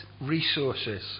resources